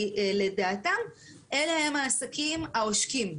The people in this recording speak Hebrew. כי לדעתם אלה הם העסקים העושקים.